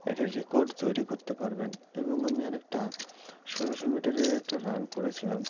একটা রেকর্ড তৈরি করতে পারবেন এবং আমি আরেকটা ষোলোশো মিটারের একটা রান করেছিলাম